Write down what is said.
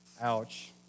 ouch